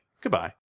goodbye